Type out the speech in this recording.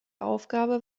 aufgabe